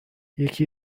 یکی